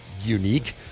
unique